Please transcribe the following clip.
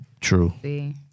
True